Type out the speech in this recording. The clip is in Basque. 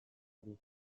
hori